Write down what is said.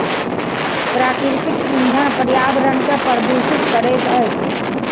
प्राकृतिक इंधन पर्यावरण के प्रदुषित करैत अछि